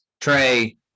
trey